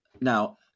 Now